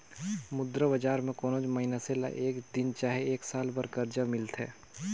मुद्रा बजार में कोनोच मइनसे ल एक दिन चहे एक साल बर करजा मिलथे